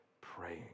praying